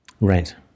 Right